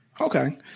Okay